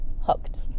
hooked